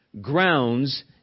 grounds